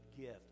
gift